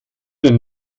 denn